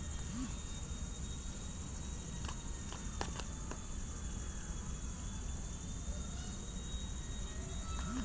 SBI YONO ಅಪ್ಲಿಕೇಶನ್ನಲ್ಲಿ ನಮ್ಮ ಅಕೌಂಟ್ನ ಬ್ಯಾಲೆನ್ಸ್ ಹಿಸ್ಟರಿ ನೋಡಬೋದು